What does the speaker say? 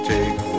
Take